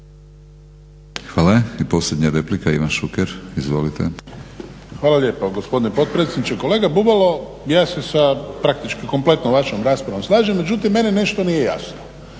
Hvala. I posljednja replika Ivan Šuker, izvolite. **Šuker, Ivan (HDZ)** Hvala lijepa gospodine potpredsjedniče. Kolega Bubalo, ja se sa praktički kompletnom vašom raspravom slažem međutim meni nešto nije jasno.